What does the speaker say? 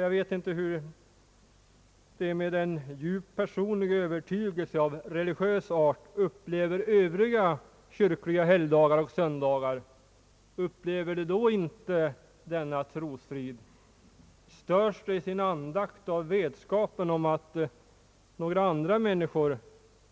Jag vet inte hur människor med djupt personlig övertygelse av religiös art: upplever övriga kyrkliga helgdagar och söndagar. Upplever de då inte denna trosfrid? Störs de i sin andakt av vetskapen om att andra människor